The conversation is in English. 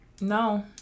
no